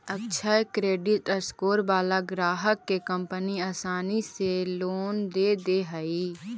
अक्षय credit score वाला ग्राहक के कंपनी आसानी से लोन दे दे हइ